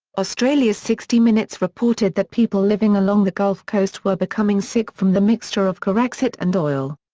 australia's sixty minutes reported that people living along the gulf coast were becoming sick from the mixture of corexit and oil.